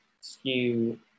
skew